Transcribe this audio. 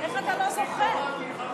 שרת המשפטים,